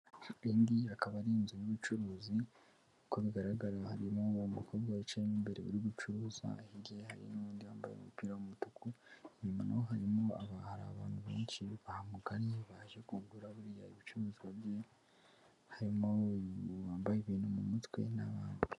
Iyi akaba ari inzu y'ubucuruzi uko bigaragara harimo uwo mukobwa wicayemo imbere uri gucuruza ahigera hari n'undi yambaye umupira w'umutuku inyuma yaho harimo abantu benshi bamugannye, baje kugura biriya ibicuruzwa bye harimo uwambaye ibintu mu mutwe n'abandi.